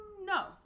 no